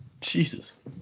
Jesus